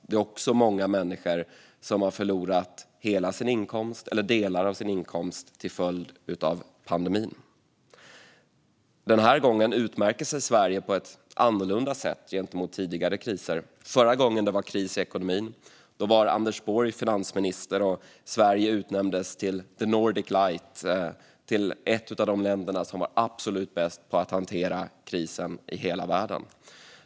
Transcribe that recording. Det är också många människor som har förlorat hela sin inkomst eller delar av sin inkomst till följd av pandemin. Denna gång utmärker sig Sverige på ett annorlunda sätt gentemot tidigare kriser. Förra gången som det var kris i ekonomin var Anders Borg finansminister, och Sverige utnämndes till The Nordic Light - ett av de länder i världen som var absolut bäst på att hantera krisen.